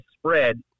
spread